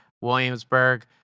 Williamsburg